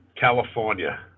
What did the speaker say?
California